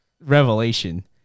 revelation